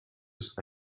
ist